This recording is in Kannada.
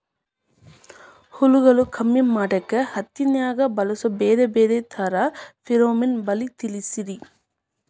ಹುಳುಗಳು ಕಮ್ಮಿ ಮಾಡಾಕ ಹತ್ತಿನ್ಯಾಗ ಬಳಸು ಬ್ಯಾರೆ ಬ್ಯಾರೆ ತರಾ ಫೆರೋಮೋನ್ ಬಲಿ ತಿಳಸ್ರಿ